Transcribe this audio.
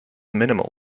minimal